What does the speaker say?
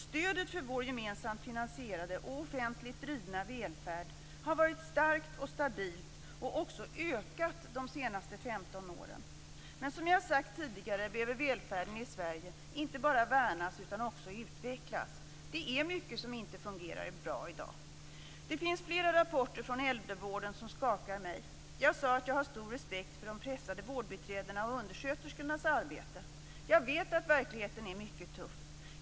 Stödet för vår gemensamt finansierade och offentligt drivna välfärd har varit starkt och stabilt och också ökat de senaste 15 åren. Men som jag sagt tidigare behöver välfärden i Sverige inte bara värnas utan också utvecklas. Det är mycket som inte fungerar bra i dag. Det finns flera rapporter från äldrevården som skakar mig. Jag sade att jag har stor respekt för de pressade vårdbiträdenas och undersköterskornas arbete. Jag vet att verkligheten är mycket tuff.